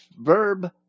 verb